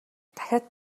дахиад